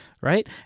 Right